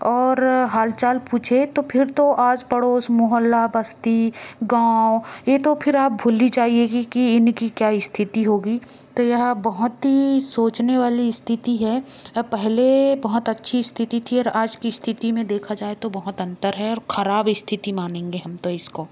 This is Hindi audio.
और हालचाल पूछे तो फिर तो आस पड़ोस मोहल्ला बस्ती गाँव ये तो फिर आप भूल ही जाइये कि इनकी क्या स्थिति होगी तो यह बहुत ही सोचने वाली स्थिति है अब पहले बहुत अच्छी स्थिति थी और आज की स्थिति में देखा जाए तो बहुत अंतर है और खराब स्थिति मानेंगे हम तो इसको